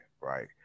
right